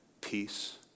peace